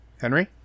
Henry